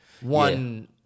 one